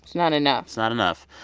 not enough it's not enough.